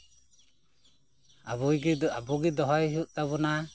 ᱟᱵᱚᱜᱮ ᱟᱵᱚᱜᱮ ᱫᱚᱦᱚᱭ ᱦᱩᱭᱩᱜ ᱛᱟᱵᱚᱱᱟ